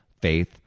faith